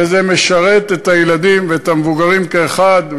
וזה משרת את הילדים ואת המבוגרים כאחד,